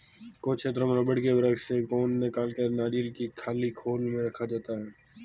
कुछ क्षेत्रों में रबड़ के वृक्ष से गोंद निकालकर नारियल की खाली खोल में रखा जाता है